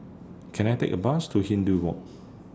Can I Take A Bus to Hindhede Walk